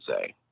say